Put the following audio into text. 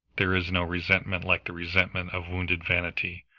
there is no resentment like the resentment of wounded vanity,